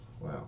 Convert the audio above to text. wow